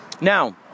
Now